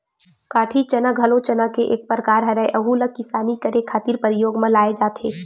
कटही चना घलो चना के एक परकार हरय, अहूँ ला किसानी करे खातिर परियोग म लाये जाथे